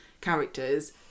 characters